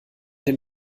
den